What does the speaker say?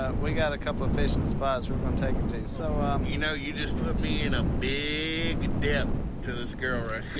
ah we got a couple of fishing spots we're gonna take you to. so, um you know, you just put me in a big debt to this girl right here.